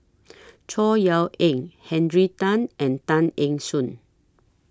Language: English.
Chor Yeok Eng Henry Tan and Tay Eng Soon